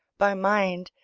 by mind,